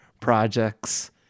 projects